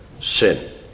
sin